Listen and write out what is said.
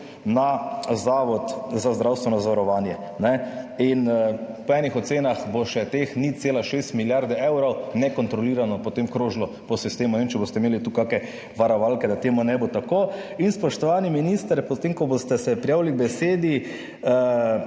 na Zavod za zdravstveno zavarovanje. Po enih ocenah bo še teh 0,6 milijarde evrov nekontrolirano potem krožilo po sistemu. Ne vem, če boste imeli tu kakšne varovalke, da to ne bo tako. Spoštovani minister, potem ko se boste prijavili k besedi: